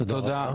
תודה,